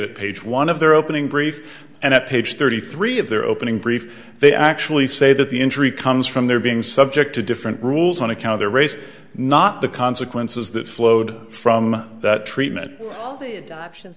at page one of their opening brief and at page thirty three of their opening brief they actually say that the injury comes from their being subject to different rules on account their race not the consequences that flowed from that treatment option